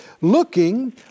looking